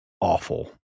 awful